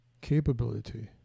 capability